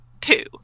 Two